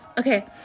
Okay